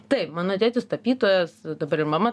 taip mano tėtis tapytojas dabar ir mama